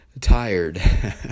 tired